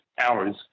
hours